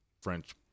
French